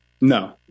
No